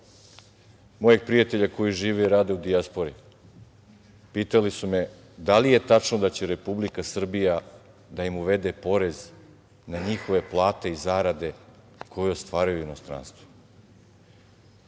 mojih prijatelja koji žive i rade u dijaspori pitali su me da li je tačno da će Republika Srbija da im uvede porez na njihove plate i zarade koje ostvaruju u inostranstvu.